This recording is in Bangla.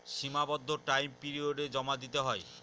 সীমাবদ্ধ টাইম পিরিয়ডে জমা দিতে হয়